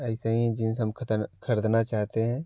ऐसे ही जींस हम खरीदना चाहते हैं